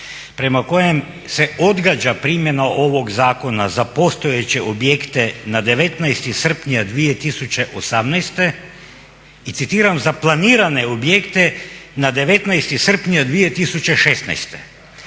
prema kojem se odgađa primjena ovog zakona za postojeće objekte na 19. srpnja 2018. i citiram za planirane objekte na 19. srpnja 2016.